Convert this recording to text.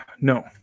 No